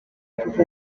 kuva